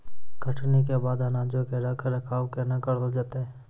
कटनी के बाद अनाजो के रख रखाव केना करलो जैतै?